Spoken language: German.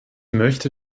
möchte